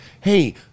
Hey